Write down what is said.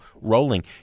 rolling